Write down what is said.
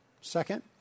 Second